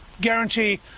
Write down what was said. guarantee